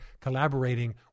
collaborating